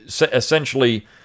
essentially